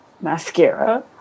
mascara